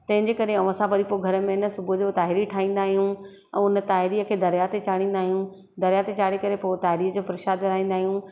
तंहिंजे करे ऐं असां वरी पोइ घर में न सुबुह जो ताहिरी ठाहींदा आहियूं ऐं उन ताहिरीअ खे दरिया ते चाढ़ींदा आहियूं दरिया ते चाढ़े करे पोइ ताहिरीअ जो प्रशाद विरिहाईंदा आहियूं